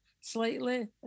slightly